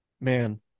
Man